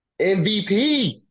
MVP